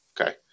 Okay